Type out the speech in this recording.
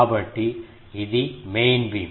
కాబట్టి ఇది main beam